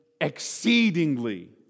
exceedingly